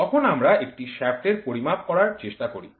এখন আমরা একটি শ্যাফ্ট এর পরিমাপ করার চেষ্টা করি